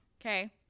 okay